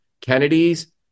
Kennedy's